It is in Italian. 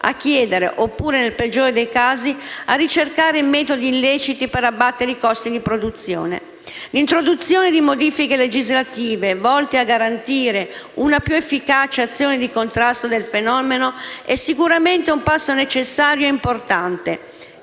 a chiudere, oppure, nel peggiore dei casi, a ricercare metodi illeciti per abbattere i costi di produzione. L'introduzione di modifiche legislative, volte a garantire una più efficace azione di contrasto del fenomeno, è sicuramente un passo necessario e importante,